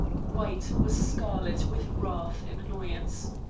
white was scarlet with wrath and annoyance.